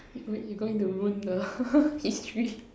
if r~ you going to ruin the history